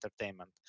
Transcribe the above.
entertainment